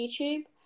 YouTube